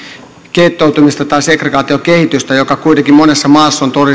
gettoutumista tai segregaatiokehitystä joiden kuitenkin monessa maassa on